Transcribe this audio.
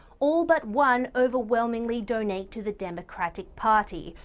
all but one overwhelmingly donate to the democratic party,